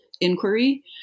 inquiry